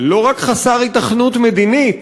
לא רק חסר היתכנות מדינית,